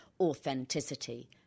authenticity